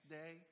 day